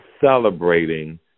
celebrating